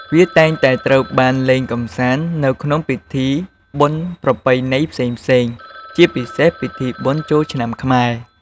វាតែងតែត្រូវបានលេងកម្សាន្តនៅក្នុងពិធីបុណ្យប្រពៃណីផ្សេងៗ ជាពិសេសពិធីបុណ្យចូលឆ្នាំខ្មែរ។